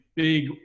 big